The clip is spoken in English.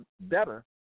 better